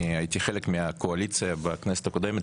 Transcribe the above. אני הייתי חלק מהקואליציה בכנסת הקודמת,